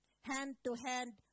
hand-to-hand